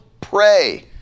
pray